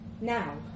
Now